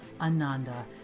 Ananda